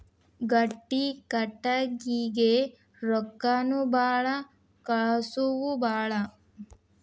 ಗಟ್ಟಿ ಕಟಗಿಗೆ ರೊಕ್ಕಾನು ಬಾಳ ಕಸುವು ಬಾಳ